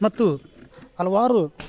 ಮತ್ತು ಹಲ್ವಾರು